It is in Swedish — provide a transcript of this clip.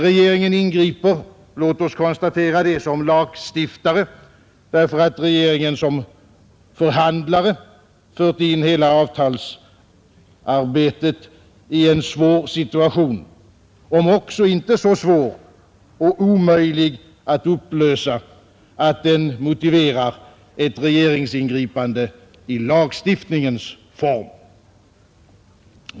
Regeringen ingriper — låt oss konstatera det — som lagstiftare, därför att regeringen som förhandlare fört in hela avtalsarbetet i en svår situation, om också inte så svår och omöjlig att upplösa att den motiverar ett regeringsingripande i lagstiftningens form.